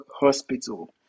Hospital